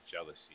Jealousy